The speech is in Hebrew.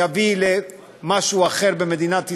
יביאו למשהו אחר במדינת ישראל,